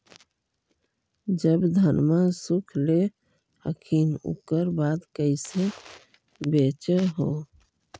जब धनमा सुख ले हखिन उकर बाद कैसे बेच हो?